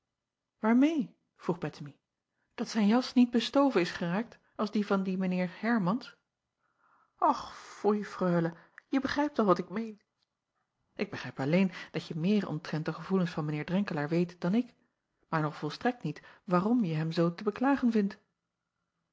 aarmeê vroeg ettemie dat zijn jas niet bestoven is geraakt als die van dien mijn eer ermans ch foei reule je begrijpt wel wat ik meen k begrijp alleen dat je meer omtrent de gevoelens van mijn eer renkelaer weet dan ik maar nog volstrekt niet waarom je hem zoo te beklagen vindt